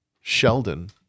Sheldon